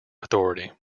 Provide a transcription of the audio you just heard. authority